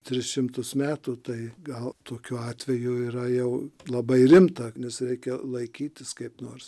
tris šimtus metų tai gal tokiu atveju yra jau labai rimta nes reikia laikytis kaip nors